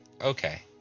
Okay